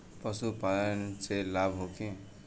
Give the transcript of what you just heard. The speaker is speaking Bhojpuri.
पशु पालन से लाभ होखे?